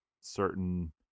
certain